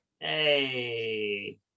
Hey